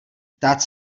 ptát